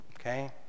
Okay